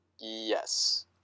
Yes